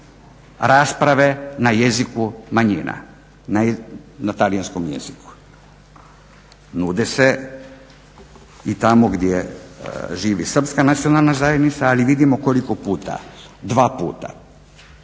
rasprave na jeziku manjina, na talijanskom jeziku. Nude se i tamo gdje živi srpska nacionalna zajednica, ali vidimo koliko puta. Dva puta.